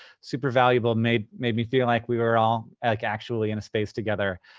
super valuable. made made me feel like we were all, like, actually in a space together.